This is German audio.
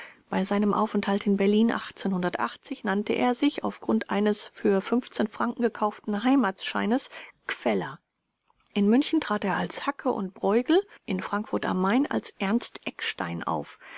bei seinem aufenthalte in berlin nannte er sich auf grund eines für fünfzehn franken gekauften heimatsscheines gfeller in münchen trat er als hacke und beugel in frankfurt am main als ernst eckstein auf